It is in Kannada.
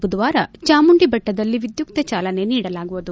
ಬುಧವಾರ ಜಾಮುಂಡಿ ಬೆಟ್ಟದಲ್ಲಿ ವಿದ್ಯುತ್ತ ಚಾಲನೆ ನೀಡಲಾಗುವುದು